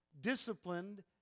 disciplined